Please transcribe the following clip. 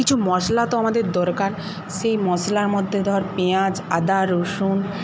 কিছু মসলা তো আমাদের দরকার সেই মশলার মধ্যে ধর পেয়াঁজ আদা রসুন